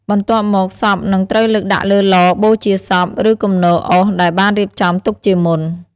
បន្ទាប់មកសពនឹងត្រូវលើកដាក់លើឡបូជាសព ឬគំនរអុសដែលបានរៀបចំទុកជាមុន។